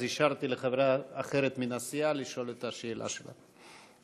אישרתי לחברה אחרת מן הסיעה לשאול את השאלה שלה.